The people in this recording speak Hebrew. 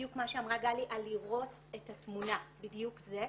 בדיוק מה שאמרה גלי על לראות את התמונה, בדיוק זה.